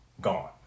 Gone